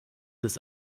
des